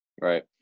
Right